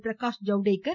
Prakash Javadekar